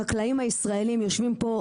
החקלאים הישראלים יושבים פה,